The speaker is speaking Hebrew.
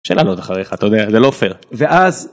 יש לנו עוד אחריך, אתה יודע, זה לא פייר. ואז...